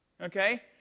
Okay